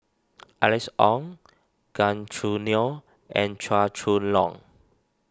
Alice Ong Gan Choo Neo and Chua Chong Long